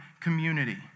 community